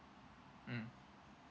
mm